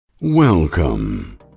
Welcome